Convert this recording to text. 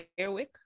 Airwick